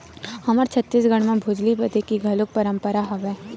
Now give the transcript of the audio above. हमर छत्तीसगढ़ म भोजली बदे के घलोक परंपरा हवय